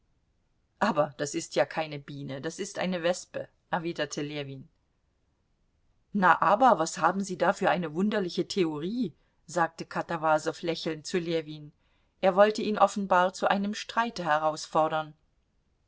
aber das ist ja keine biene das ist eine wespe erwiderte ljewin na aber was haben sie da für eine wunderliche theorie sagte katawasow lächelnd zu ljewin er wollte ihn offenbar zu einem streite herausfordern